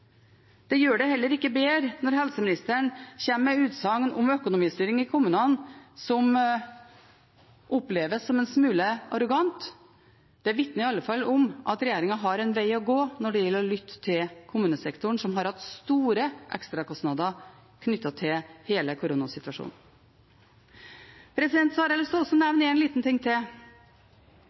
Det gjør det heller ikke bedre når helseministeren kommer med utsagn om økonomistyring i kommunene som oppleves som en smule arrogant. Det vitner i alle fall om at regjeringen har en vei å gå når det gjelder å lytte til kommunesektoren, som har hatt store ekstrakostnader knyttet til hele koronasituasjonen. Jeg har lyst til å nevne en liten ting til: